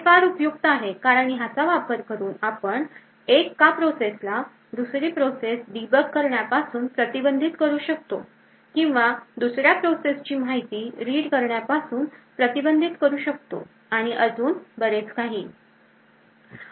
हे फार उपयुक्त आहे कारण याचा वापर करून आपण एका प्रोसेस ला दुसरी प्रोसेस debug करण्यापासून प्रतिबंधित करू शकतो किंवा दुसऱ्या प्रोसेसची माहिती read करण्यापासून प्रतिबंधित करू शकतो आणि अजून बरेच काही